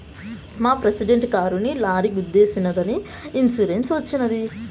మా ప్రెసిడెంట్ కారుని లారీ గుద్దేశినాదని ఇన్సూరెన్స్ వచ్చినది